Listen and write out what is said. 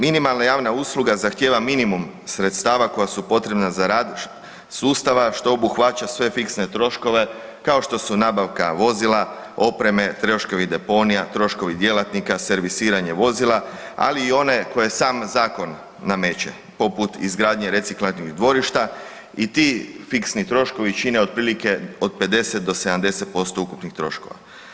Minimalna javna usluga zahtijeva minimum sredstava koja su potrebna za rad sustava, što obuhvaća sve fiksne troškove, kao što su nabavka vozila, opreme, troškovi deponija, troškovi djelatnika, servisiranje vozila, ali i one koje sam Zakon nameće, poput izgradnje reciklažnih dvorišta i ti fiksni troškovi čine otprilike od 50 do 70% ukupnih troškova.